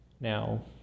Now